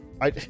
I-